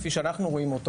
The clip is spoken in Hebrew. כפי שאנחנו רואים,